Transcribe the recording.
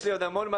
יש לי עוד המון מה